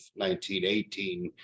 1918